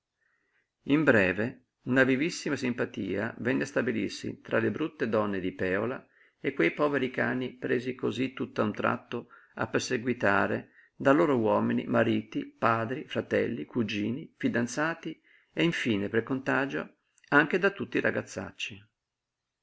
in breve una vivissima simpatia venne a stabilirsi tra le brutte donne di pèola e quei poveri cani presi cosí tutt'a un tratto a perseguitare da loro uomini mariti padri fratelli cugini fidanzati e infine per contagio anche da tutti i ragazzacci